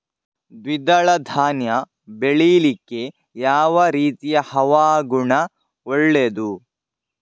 ದ್ವಿದಳ ಧಾನ್ಯ ಬೆಳೀಲಿಕ್ಕೆ ಯಾವ ರೀತಿಯ ಹವಾಗುಣ ಒಳ್ಳೆದು?